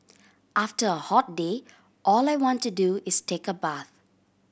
after a hot day all I want to do is take a bath